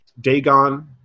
Dagon